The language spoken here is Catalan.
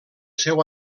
seu